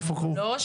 לא.